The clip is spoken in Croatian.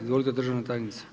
Izvolite državna tajnice.